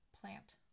plant